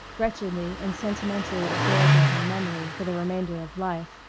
wretchedly and sentimentally absorbed in her memory for the remainder of life.